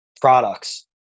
products